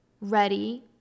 ready